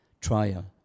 trial